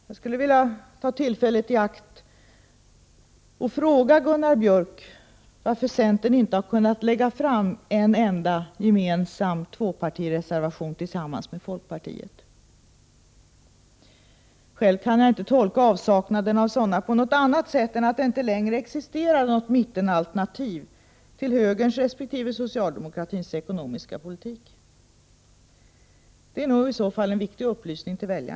Jag skulle vilja ta tillfället i akt och fråga Gunnar Björk varför centern inte har kunnat lägga fram en enda tvåpartireservation tillsammans med folkpartiet. Prot. 1988/89:47 Själv kan jag inte tolka avsaknaden av sådana på något annat sätt än att det 16 december 1988 inte längre existerar något mittenalternativ till högerns resp. socialdemokra= ZH |- ternas ekonomiska politik. Det är i så fall en viktig upplysning till väljarna.